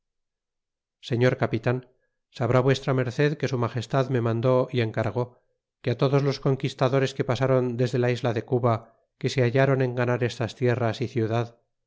señor capitan sabrá v merced que su magestad me mandó y encargó que todos los conquistadores que pasaron desde la isla de cuba que se hallaron en ganar estas tierras y ciudad